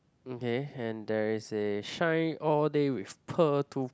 okay and there is a shine all day with pearl tooth